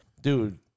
Dude